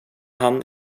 han